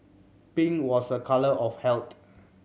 pink was a colour of health